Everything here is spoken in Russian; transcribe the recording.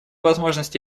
возможность